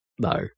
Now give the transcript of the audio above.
no